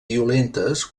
violentes